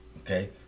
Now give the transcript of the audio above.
Okay